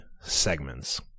segments